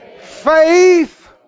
faith